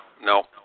No